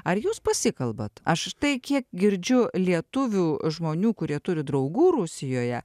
ar jūs pasikalbat aš tai kiek girdžiu lietuvių žmonių kurie turi draugų rusijoje